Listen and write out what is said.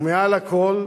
ומעל לכול,